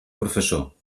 professor